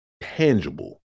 tangible